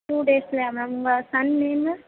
two டேஸ்லையா ma'am உங்கள் son name